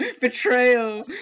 betrayal